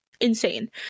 insane